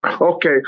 Okay